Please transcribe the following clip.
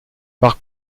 par